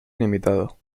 limitado